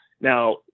Now